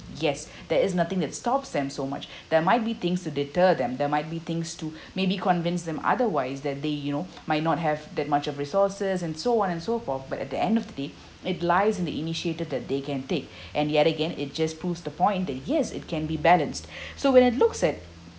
yes there is nothing that stops them so much there might be things to deter them there might be things to maybe convinced them otherwise that they you know might not have that much of resources and so on and so forth but at the end of the day it lies in the initiated that they can take and yet again it just proves the point that yes it can be balanced so when it looks at